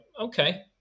okay